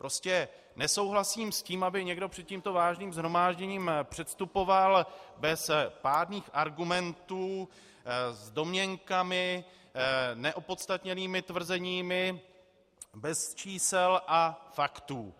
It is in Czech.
Prostě nesouhlasím s tím, aby někdo před tímto váženým shromážděním předstupoval bez pádných argumentů s domněnkami, neopodstatněnými tvrzeními, bez čísel a faktů.